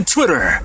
Twitter